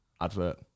advert